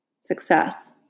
success